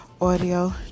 Audio